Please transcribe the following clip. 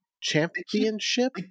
championship